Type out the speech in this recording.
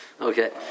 Okay